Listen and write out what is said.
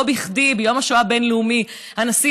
לא בכדי ביום השואה הבין-לאומי הנשיא